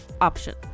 option